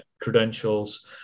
credentials